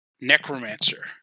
necromancer